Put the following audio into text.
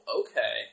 okay